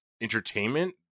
entertainment